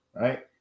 Right